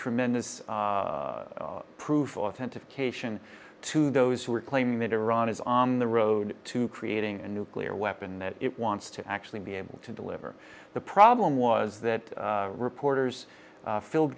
tremendous proof authentication to those who are claiming that iran is on the road to creating a nuclear weapon that it wants to actually be able to deliver the problem was that reporters fill